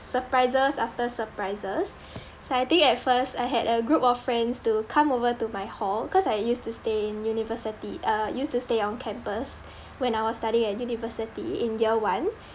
surprises after surprises so I think at first I had a group of friends to come over to my hall cause I used to stay in university uh used to stay on campus when I was studying at university in year one